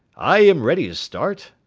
i am ready to start.